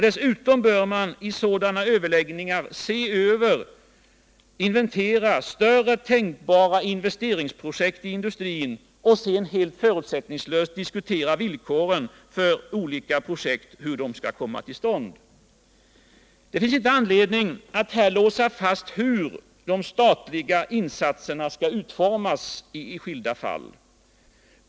Dessutom bör man i sådana överläggningar se över, inventera, större tänkbara investeringsprojekt i industrin och sedan helt förutsättningslöst diskutera villkoren för hur olika projekt skall komma till stånd. Det finns inte anledning att här låsa fast hur de statliga insatserna skall utformas i skilda fall.